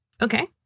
Okay